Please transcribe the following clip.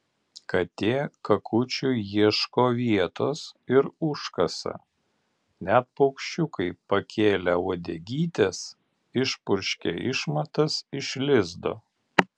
katė kakučiui ieško vietos ir užkasa net paukščiukai pakėlę uodegytes išpurškia išmatas iš lizdo